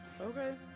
Okay